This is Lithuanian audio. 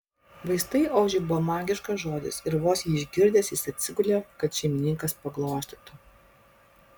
vaistai ožiui buvo magiškas žodis ir vos jį išgirdęs jis atsigulė kad šeimininkas paglostytų